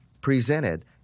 presented